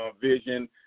vision